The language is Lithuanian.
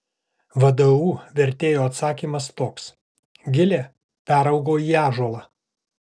vdu vertėjo atsakymas toks gilė peraugo į ąžuolą